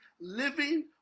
living